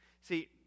See